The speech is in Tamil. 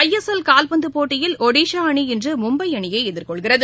ஐ எஸ் எல் கால்பந்துபோட்டியில் ஒடிசாஅணி இன்றுமும்பைஅணியைஎதிர்கொள்கிறது